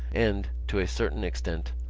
and, to a certain extent,